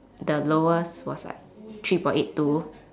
the lowest was like three point eight two